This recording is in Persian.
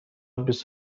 بیست